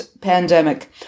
pandemic